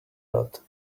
lot